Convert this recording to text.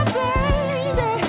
baby